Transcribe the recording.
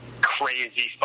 crazy